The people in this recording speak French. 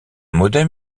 modem